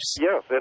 Yes